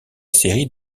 série